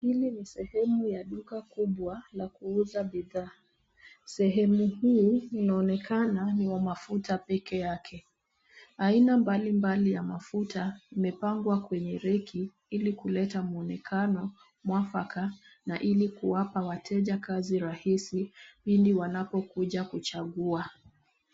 Hii ni sehemu ya duka kubwa la kuuza bidhaa. Sehemu hii inaonekana ni ya mafuta peke yake. Aina mbalimbali ya mafuta yamepangwa kwenye raki, ili kuleta mwonekano mwafaka na ili kuwapa wateja kazi rahisi ili wanapokuja kuchagua.